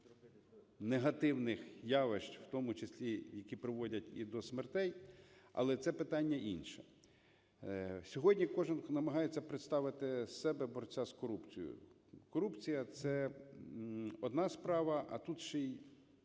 негативних явищ, в тому числі які приводять і до смертей, але це питання інше. Сьогодні кожен, хто намагається представити з себе борця з корупцією… Корупція – це одна справа. А тут ще і